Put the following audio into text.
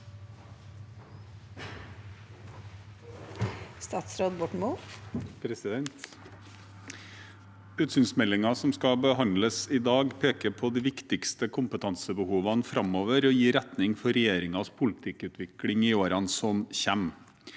Utsynsmel- dingen som skal behandles i dag, peker på de viktigste kompetansebehovene framover og gir retning for regjeringens politikkutvikling i årene som kommer.